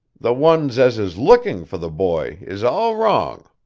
the ones as is looking for the boy is all wrong.